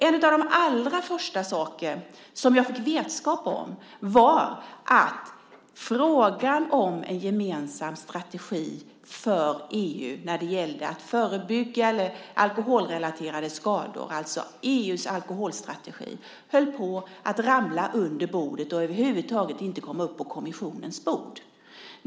En av de allra första saker som jag fick vetskap om var att frågan om en gemensam strategi för EU när det gäller att förebygga alkoholrelaterade skador, alltså EU:s alkoholstrategi, höll på att ramla under bordet och över huvud taget inte komma upp på kommissionens bord.